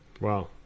Wow